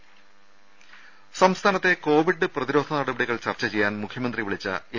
രുമ സംസ്ഥാനത്തെ കോവിഡ് പ്രതിരോധ നടപടികൾ ചർച്ച ചെയ്യാൻ മുഖ്യമന്ത്രി വിളിച്ച എം